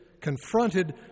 confronted